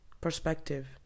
perspective